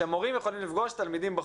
שהמורים יכולים לפגוש תלמידים בחוץ.